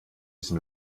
diesem